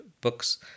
books